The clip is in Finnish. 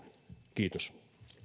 kiitos